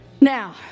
Now